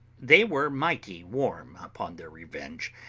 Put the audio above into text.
they were mighty warm upon their revenge,